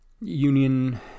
union